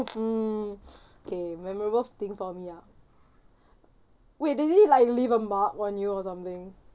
hmm okay memorable thing for me ah wait does it like leave a mark on you or something